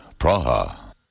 Praha